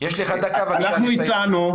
אנחנו הצענו,